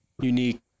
unique